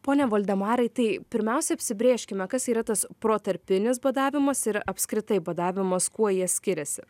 pone valdemarai tai pirmiausia apsibrėžkime kas yra tas protarpinis badavimas ir apskritai badavimas kuo jie skiriasi